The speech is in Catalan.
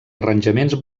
arranjaments